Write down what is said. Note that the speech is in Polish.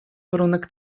warunek